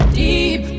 deep